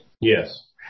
Yes